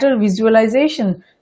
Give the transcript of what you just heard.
visualization